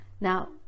now